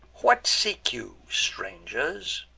what seek you, strangers,